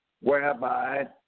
whereby